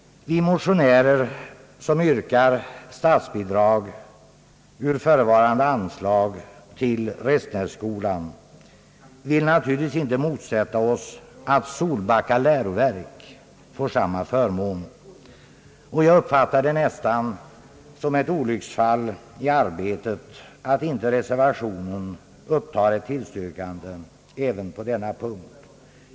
Vi motionärer, som yrkar statsbidrag ur förevarande anslag till Restenässkolan, vill naturligtvis inte motsätta oss att Solbacka läroverk får samma förmån. Jag uppfattar det nästan som ett olycksfall i arbetet att inte reservationen upptar ett tillstyrkande även på denna punkt.